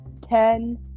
Ten